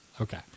Okay